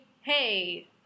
hey